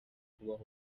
kubaho